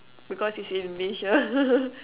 because it's Indonesia